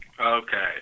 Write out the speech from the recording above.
Okay